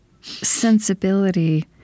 sensibility